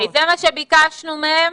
זה מה שביקשנו מהם,